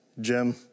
Jim